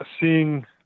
Seeing